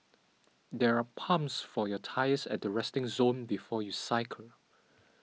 there are pumps for your tyres at the resting zone before you cycle